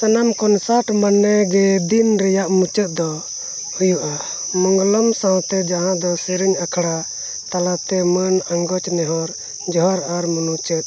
ᱥᱟᱱᱟᱢ ᱠᱚᱱᱥᱟᱨᱴ ᱢᱟᱱᱮ ᱫᱤᱱ ᱨᱮᱭᱟᱜ ᱢᱩᱪᱟᱹᱫ ᱫᱚ ᱦᱩᱭᱩᱜᱼᱟ ᱢᱚᱝᱜᱚᱞᱚᱢ ᱥᱟᱶᱛᱮ ᱡᱟᱦᱟᱸ ᱫᱚ ᱥᱮᱨᱮᱧ ᱟᱠᱷᱲᱟ ᱛᱟᱞᱟᱛᱮ ᱢᱟᱹᱱ ᱟᱝᱜᱚᱪ ᱱᱮᱦᱚᱨ ᱡᱚᱦᱚᱨ ᱟᱨ ᱢᱩᱱᱩᱪᱟᱹᱛ